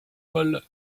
paul